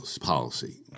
policy